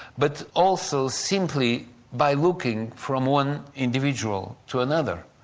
but also simply by looking from one individual to another.